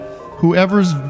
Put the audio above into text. whoever's